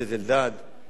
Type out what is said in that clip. נאום מרתק,